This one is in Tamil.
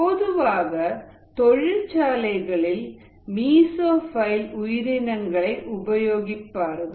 பொதுவாக தொழிற்சாலைகளில் மீசோஃபைல் உயிரினங்களை உபயோகிப்பார்கள்